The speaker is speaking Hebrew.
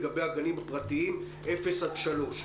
לגבי הגנים הפרטיים גילאי אפס עד שלוש.